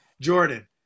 Jordan